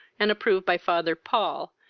and approved by father paul,